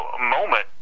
moment